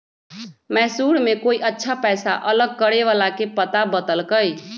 मैसूर में कोई अच्छा पैसा अलग करे वाला के पता बतल कई